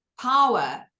power